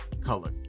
color